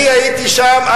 אני הייתי שם,